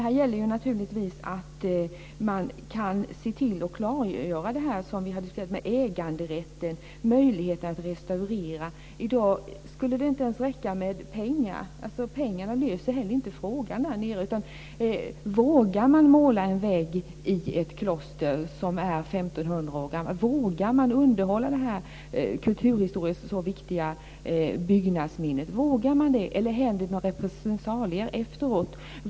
Här gäller det naturligtvis att man kan se till att klargöra det som vi har diskuterat, nämligen äganderätten och möjligheten att restaurera. I dag skulle det inte ens räcka med pengar. Pengarna löser inte heller frågorna där nere. Vågar man måla en vägg i ett kloster som är 1 500 år gammalt? Vågar man underhålla det kulturhistoriskt så viktiga byggnadsminnet? Vågar man det, eller sker det några repressalier efteråt?